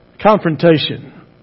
Confrontation